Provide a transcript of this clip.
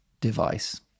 device